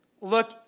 Look